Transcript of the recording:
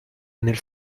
nel